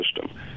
system